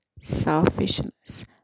selfishness